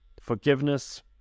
Forgiveness